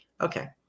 Okay